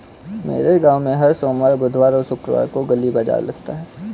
मेरे गांव में हर सोमवार बुधवार और शुक्रवार को गली बाजार लगता है